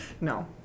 No